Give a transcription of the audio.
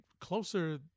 closer